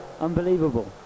unbelievable